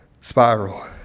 spiral